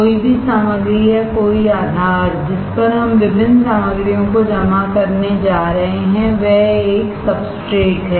कोई भी सामग्री या कोई आधार जिस पर हम विभिन्न सामग्रियों को जमा करने जा रहे हैं वह एक सब्सट्रेट है